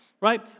right